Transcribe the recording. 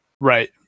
right